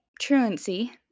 truancy